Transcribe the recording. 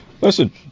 listen